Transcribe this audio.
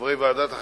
חברי ועדת החקירה,